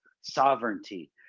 sovereignty